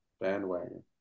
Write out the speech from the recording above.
bandwagon